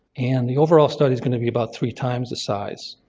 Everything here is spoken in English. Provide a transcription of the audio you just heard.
and the overall study is going to be about three times the size.